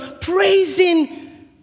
praising